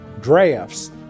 drafts